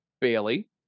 Bailey